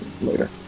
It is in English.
later